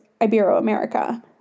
Ibero-America